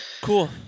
Cool